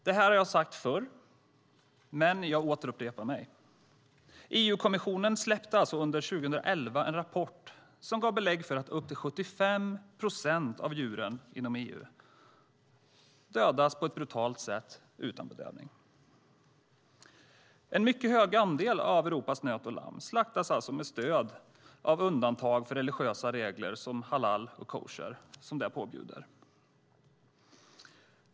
Detta har jag sagt förr, men jag upprepar mig: EU-kommissionen släppte under 2011 en rapport som gav belägg för att upp till 75 procent av djuren inom EU dödas på ett brutalt sätt utan bedövning. En mycket stor andel av Europas nöt och lamm slaktas alltså med stöd av undantag som religiösa regler som halal och koscher påbjuder.